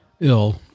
ill